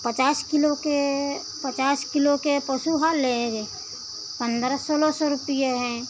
पचास किलो के पचास किलो के पशु हार लेए पन्द्रह सोलह सौ रूपया है